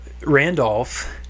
Randolph